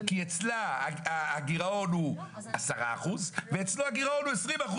כי אצלה הגירעון הוא 10% ואצלו הגירעון הוא 20%,